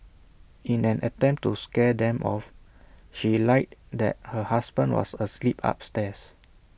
in an attempt to scare them off she lied that her husband was asleep upstairs